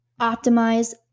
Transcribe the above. optimize